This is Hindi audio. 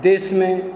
देश में